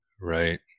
right